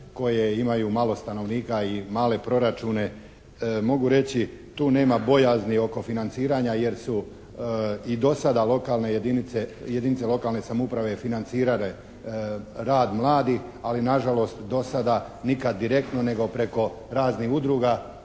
koje imaju malo stanovnika i male proračune. Mogu reći tu nema bojazni oko financiranja jer su i do sada lokalne jedinice, jedinice lokalne samouprave financirale rad mladih ali nažalost do sada nikad direktno nego preko raznih udruga